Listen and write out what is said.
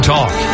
Talk